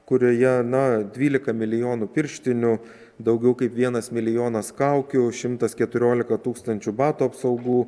kurioje na dvylika milijonų pirštinių daugiau kaip vienas milijonas kaukių šimtas keturiolika tūkstančių batų apsaugų